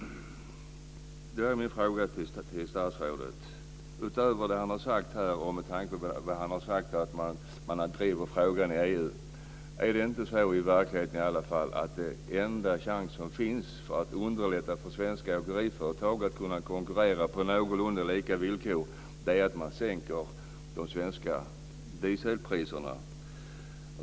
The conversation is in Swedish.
Då är min fråga till statsrådet, med tanke på det han sagt om att man driver frågan i EU: Är det inte så i verkligheten att den enda chans som finns att underlätta för svenska åkeriföretag att kunna konkurrera på någorlunda lika villkor är att sänka de svenska dieselpriserna?